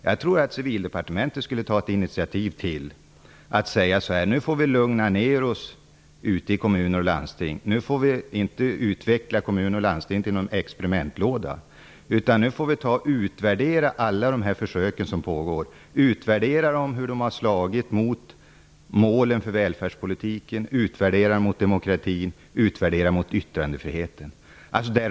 Jag tycker att Civildepartementet skall ta initiativ till följande uttalande: Nu får kommuner och landsting lugna ned sig. De skall inte utvecklas till någon experimentlåda. Nu måste alla försök som pågår utvärderas om hur de har slagit mot målen för välfärdspolitiken, demokratin och yttrandefriheten.